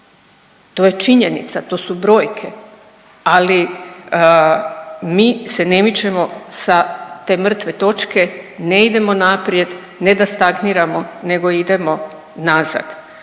To je činjenica, to su brojke. Ali mi se ne mičemo sa te mrtve točke, ne idemo naprijed, ne da stagniramo nego idemo nazad,